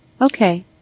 Okay